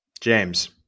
James